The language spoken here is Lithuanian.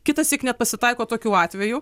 kitąsyk net pasitaiko tokių atvejų